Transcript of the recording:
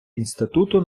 інституту